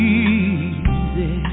easy